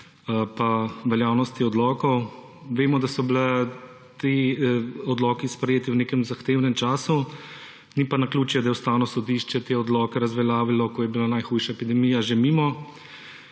pa veljavnosti odlokov. Vemo, da so bili ti odloki sprejeti v nekem zahtevnem času, ni pa naključje, da je Ustavno sodišče te odloke razveljavilo, ko je bila najhujša epidemija že mimo.